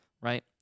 Right